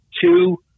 Two